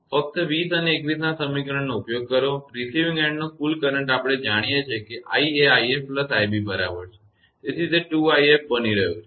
ફક્ત 20 અને 21 ના સમીકરણનો ઉપયોગ કરો રિસીવીંગ એન્ડ નો કુલ કરંટ આપણે જાણીએ છીએ કે i એ 𝑖𝑓 𝑖𝑏 બરાબર છે તેથી તે 2𝑖𝑓 બની રહ્યું છે